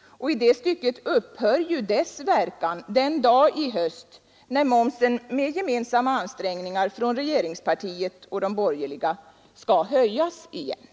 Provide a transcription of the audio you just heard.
och i det stycket upphör ju deras verkan den dag i höst när momsen med gemensamma ansträngningar från regeringspartiet och de borgerliga skall höjas igen.